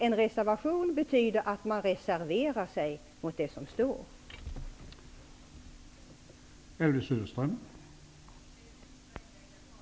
En reservation betyder som sagt att man reserverar sig mot det som står skrivet.